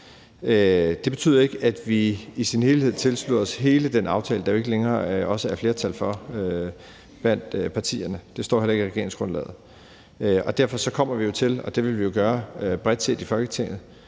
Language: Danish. Det betyder ikke, at vi tilslutter os aftalen i dens helhed, som der jo ikke længere er flertal for blandt partierne. Det står heller ikke i regeringsgrundlaget. Derfor kommer vi jo til, og det vil vi jo gøre bredt set i Folketinget,